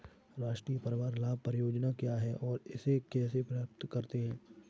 राष्ट्रीय परिवार लाभ परियोजना क्या है और इसे कैसे प्राप्त करते हैं?